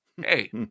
Hey